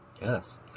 Yes